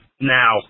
now